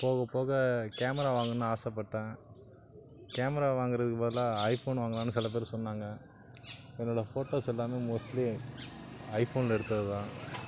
போகப் போக கேமரா வாங்கணும்னு ஆசைப்பட்டேன் கேமரா வாங்கறதுக்குப் பதிலாக ஐஃபோன் வாங்கலாம்னு சில பேரு சொன்னாங்கள் என்னோடய ஃபோட்டோஸ் எல்லாமே மோஸ்ட்லி ஐஃபோனில் எடுத்தது தான்